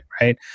right